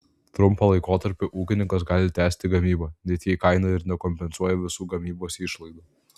trumpą laikotarpį ūkininkas gali tęsti gamybą net jei kaina ir nekompensuoja visų gamybos išlaidų